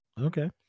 Okay